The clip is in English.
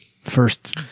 first